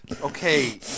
Okay